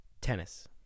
Tennis